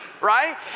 right